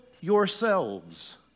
yourselves